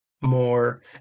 more